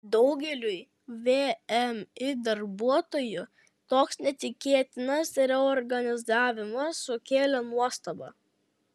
daugeliui vmi darbuotojų toks netikėtas reorganizavimas sukėlė nuostabą